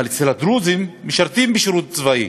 אבל הדרוזים משרתים בשירות צבאי.